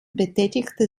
betätigte